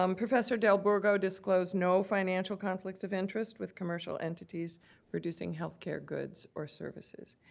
um professor delbourgo disclosed no financial conflicts of interest with commercial entities producing health care goods or services.